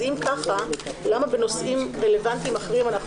אם ככה, למה בנושאים רלוונטיים אחרים אנחנו